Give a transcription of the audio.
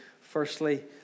firstly